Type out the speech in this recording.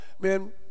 man